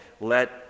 Let